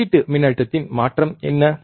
வெளியீட்டு மின்னழுத்தத்தின் மாற்றம் என்ன